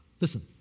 listen